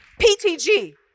PTG